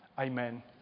Amen